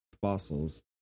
fossils